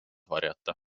varjata